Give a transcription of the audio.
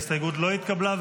ההסתייגות לא התקבלה.